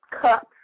cups